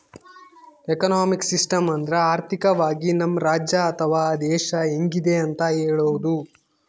economic system ಅಂದ್ರ ಆರ್ಥಿಕವಾಗಿ ನಮ್ ರಾಜ್ಯ ಅಥವಾ ದೇಶ ಹೆಂಗಿದೆ ಅಂತ ಹೇಳೋದು